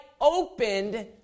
opened